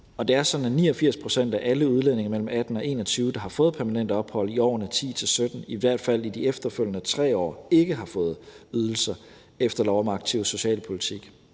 det er sådan, at 89 pct. af alle udlændinge mellem 18 og 21 år, der har fået permanent ophold i årene 2010 til 2017, i hvert fald i de efterfølgende 3 år ikke har fået ydelser efter lov om aktiv socialpolitik.